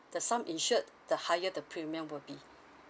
the sum insured the higher the premium will be